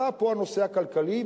בא פה הנושא הכלכלי,